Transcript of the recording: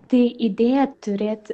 tai idėją turėt